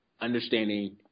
understanding